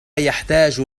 يحتاج